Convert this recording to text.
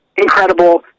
incredible